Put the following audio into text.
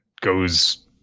goes